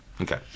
okay